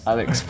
Alex